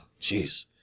jeez